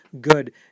good